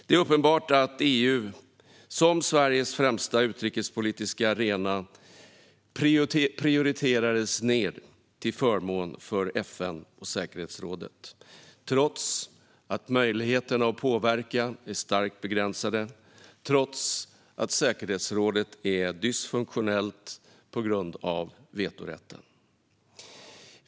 Det är uppenbart att EU som Sveriges främsta utrikespolitiska arena prioriterades ned till förmån för FN och säkerhetsrådet, trots att möjligheterna att påverka är starkt begränsade och trots att säkerhetsrådet är dysfunktionellt på grund av vetorätten.